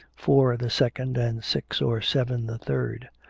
four the second, and six or seven the third.